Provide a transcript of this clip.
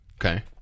Okay